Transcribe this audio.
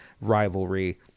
rivalry